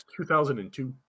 2002